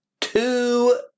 two